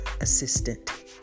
assistant